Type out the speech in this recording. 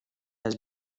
has